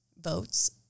votes